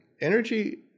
energy